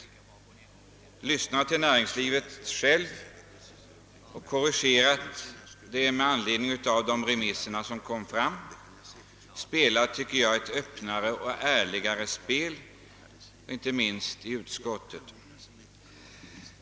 Man kunde ha lyssnat till näringslivet och korrigerat förslaget i enlighet med de remissvar som influtit och ha spelat ett öppnare och ärligare spel, inte minst i utskottet.